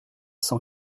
cent